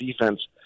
defense